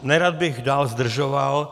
Nerad bych dále zdržoval.